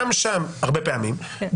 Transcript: הרבה פעמים,